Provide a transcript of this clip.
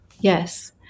Yes